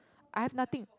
I have nothing